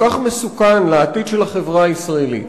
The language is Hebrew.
כל כך מסוכן לעתיד של החברה הישראלית,